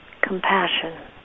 compassion